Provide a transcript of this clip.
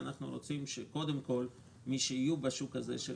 אנחנו רוצים שקודם כול מי שיהיו בשוק הזה של